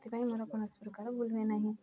ସେଥିପାଇଁ ମୋର କୌଣସି ପ୍ରକାର ଭୁଲ୍ ହୁଏ ନାହିଁ